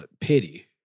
pity